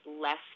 less